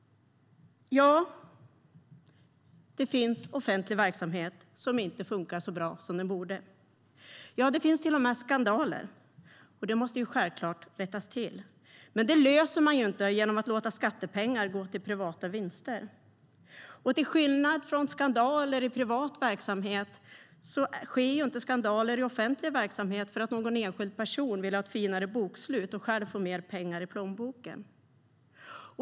Ja, det finns offentlig verksamhet som inte funkar så bra som den borde. Ja, det finns till och med skandaler. Det måste självklart rättas till. Men det löser man ju inte genom att låta skattepengar gå till privata vinster. Och till skillnad från skandaler i privat verksamhet sker inte skandaler i offentlig verksamhet för att någon enskild person vill ha ett finare bokslut och själv få mer pengar i plånboken.